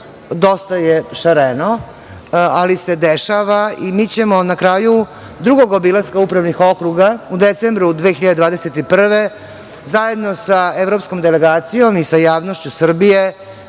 dosta je šareno, ali se dešava i mi ćemo na kraju drugog obilaska upravnih okruga u decembru 2021. godine zajedno sa evropskom delegacijom i sa javnošću Srbije